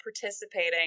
participating